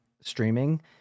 streaming